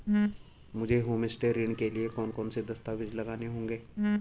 मुझे होमस्टे ऋण के लिए कौन कौनसे दस्तावेज़ लगाने होंगे?